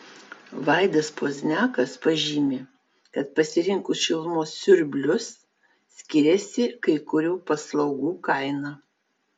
vaidas pozniakas pažymi kad pasirinkus šilumos siurblius skiriasi kai kurių paslaugų kaina